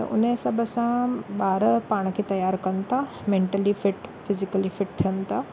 त उन हिसाब सां ॿार पाण खे तयारु कनि था मेंटली फिट फिज़ीकली फिट थियनि था